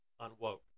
unwoke